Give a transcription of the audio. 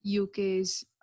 UK's